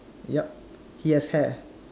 yup he has hair